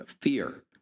fear